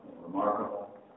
remarkable